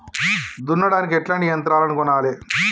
దున్నడానికి ఎట్లాంటి యంత్రాలను కొనాలే?